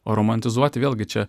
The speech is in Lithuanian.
o romantizuoti vėlgi čia